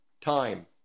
time